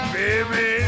baby